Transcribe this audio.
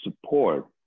support